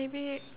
maybe